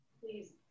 please